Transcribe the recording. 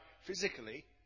physically